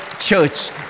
Church